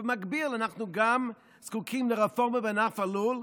במקביל אנחנו גם זקוקים לרפורמה בענף הלול.